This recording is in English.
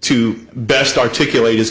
to best articulate